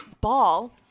ball